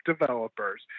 developers